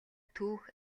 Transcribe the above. түүх